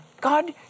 God